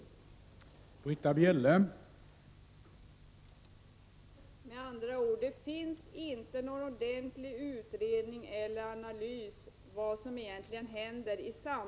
11 december 1987